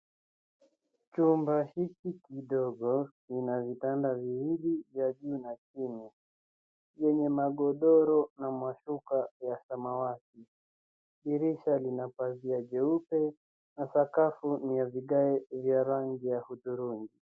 Chumba hiki kidogo ina vitanda viwili vya juu na chini yenye magodoro na mashuka ya samawati. dirisha lina pazia jeupe na sakafu ni ya vigae vya rangi ya hudhurungi.